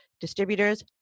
distributors